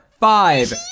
Five